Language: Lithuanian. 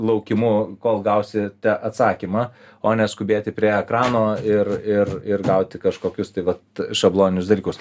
laukimu kol gausite atsakymą o ne skubėti prie ekrano ir ir ir gauti kažkokius tai vat šabloninius dalykus